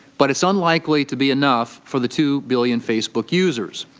but it's unlikely to be enough for the two billion facebook users.